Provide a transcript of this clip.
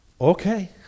okay